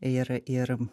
ir ir